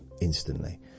instantly